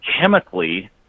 chemically